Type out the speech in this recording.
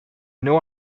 know